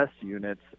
units